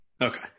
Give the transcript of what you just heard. okay